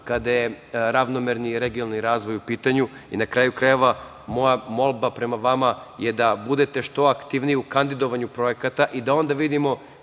kada je ravnomerni regionalni razvoj u pitanju. Na kraju krajeva, moja molba prema vama je da budete što aktivniji u kandidovanju projekata i da onda vidimo